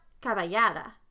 caballada